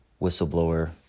whistleblower